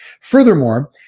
Furthermore